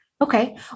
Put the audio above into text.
Okay